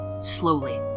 slowly